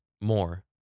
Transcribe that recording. more